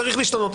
צריך להשתנות?